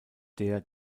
der